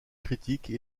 critiques